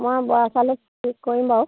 মই বৰা চাউল ঠিক কৰিম বাৰু